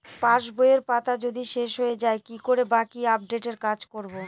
পাসবইয়ের পাতা যদি শেষ হয়ে য়ায় কি করে বাকী আপডেটের কাজ করব?